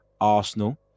Arsenal